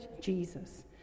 Jesus